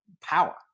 power